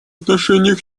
отношении